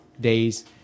days